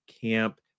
camp